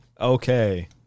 okay